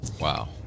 wow